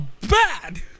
bad